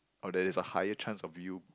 or there's a higher chance of you